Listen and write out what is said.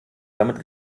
damit